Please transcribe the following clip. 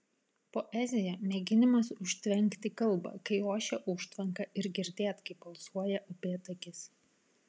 poezija mėginimas užtvenkti kalbą kai ošia užtvanka ir girdėt kaip alsuoja upėtakis